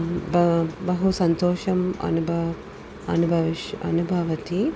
ब बहु सन्तोषम् अनुब अनुबविश् अनुभवति